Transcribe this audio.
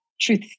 truth